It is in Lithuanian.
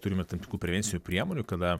turime tam tikrų prevencinių priemonių kada